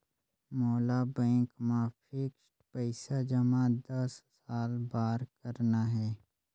मोला बैंक मा फिक्स्ड पइसा जमा दस साल बार करना हे?